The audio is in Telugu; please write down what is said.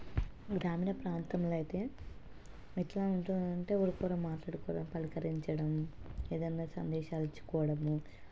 గ్రామీణ ప్రాంతంలో అయితే ఎలా ఉంటుందంటే ఎవరితోకూడా మాట్లాడుకోవడం పలకరించడం ఏదైనా సందేశాలు ఇచ్చుకోవడం